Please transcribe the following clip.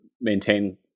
maintain